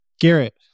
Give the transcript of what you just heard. Garrett